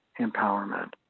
empowerment